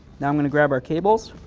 now i'm going to grab our cables.